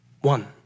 One